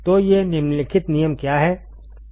तो ये निम्नलिखित नियम क्या हैं